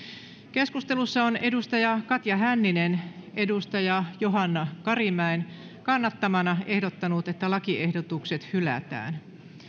keskustelussa on katja hänninen johanna karimäen kannattamana ehdottanut että lakiehdotukset hylätään